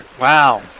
wow